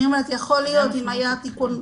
אני אומרת שיכול להיות אם היה תיקון.